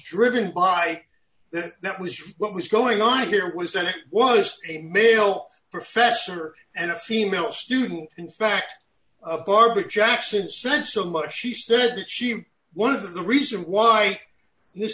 driven by that that was what was going on here was that it was a male professor and a female student in fact barbara jackson sent so much she said that she one of the reason why this